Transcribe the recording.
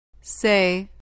Say